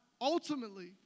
Ultimately